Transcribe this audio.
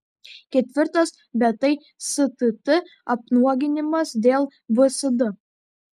ketvirtas bet tai stt apnuoginimas dėl vsd